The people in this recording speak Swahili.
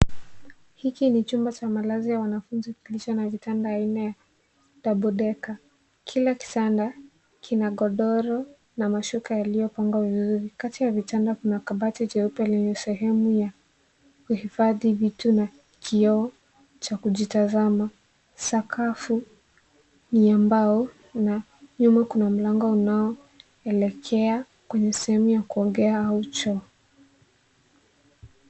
Hiki ni chumba cha malazi ya wanafunzi kilicho na vitanda aina ya double decker . Kila kitanda kina godoro na mashuka yaliyopangwa vizuri. Kati ya vitanda kuna kabati jeupe lenye sehemu ya kuhifadhi vitu na kioo cha kujitazama. Sakafu ni ya mbao na nyuma kuna mlango unaoelekea kwenye sehemu ya kuogea au choo.